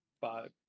five